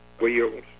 wheels